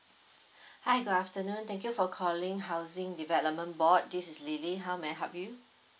hi good afternoon thank you for calling housing development board this is lily how may I help you